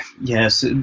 yes